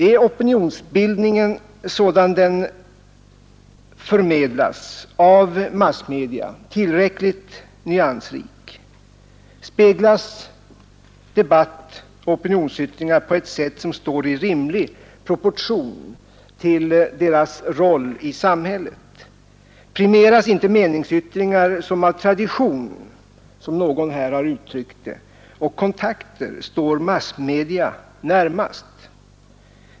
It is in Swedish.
Är opinionsbildningen sådan den förmedlas av massmedia tillräckligt nyansrik? Speglas debatt och opinionsyttringar på ett sätt som står i rimlig proportion till deras roll i samhället? Premieras inte meningsyttringar som av tradition — som någon här har uttryckt det — och på grund av kontakter står massmedia närmast?